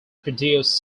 produce